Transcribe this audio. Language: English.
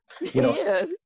Yes